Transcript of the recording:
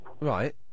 Right